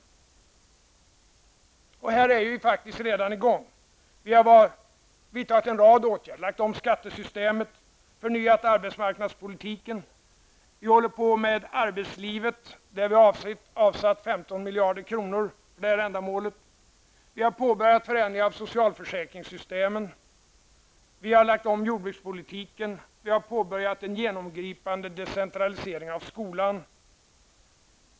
Här är vi faktiskt redan i gång. Vi har vidtagit en rad åtgärder. Vi har lagt om skattesystemet och förnyat arbetsmarknadspolitiken. Vidare håller vi på med arbetslivet. Det har avsatts 15 miljarder kronor för ändamålet. Vi har påbörjat förändringar av socialförsäkringssystemen. Jordbrukspolitiken har lagts om, och vi har påbörjat en genomgripande decentralisering av skolan.